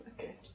Okay